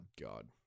God